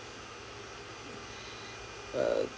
err